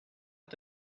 est